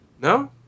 No